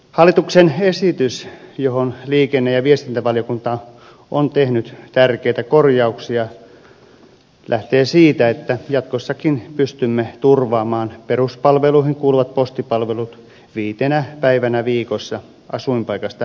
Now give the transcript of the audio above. hallituksen esitys johon liikenne ja viestintävaliokunta on tehnyt tärkeitä korjauksia lähtee siitä että jatkossakin pystymme turvaamaan peruspalveluihin kuuluvat postipalvelut viitenä päivänä viikossa asuinpaikasta riippumatta